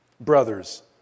brothers